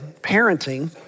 parenting